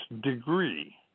degree